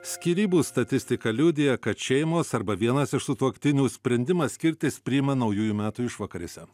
skyrybų statistika liudija kad šeimos arba vienas iš sutuoktinių sprendimą skirtis priima naujųjų metų išvakarėse